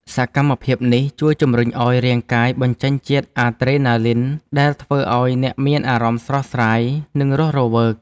សកម្មភាពនេះជួយជម្រុញឱ្យរាងកាយបញ្ចេញជាតិអាដ្រេណាលីន ដែលធ្វើឱ្យអ្នកមានអារម្មណ៍ស្រស់ស្រាយ និងរស់រវើក។